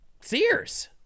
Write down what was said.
Sears